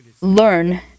learn